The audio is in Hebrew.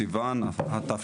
ט"ו בסיון התשפ"ב.